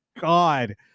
god